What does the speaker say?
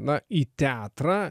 na į teatrą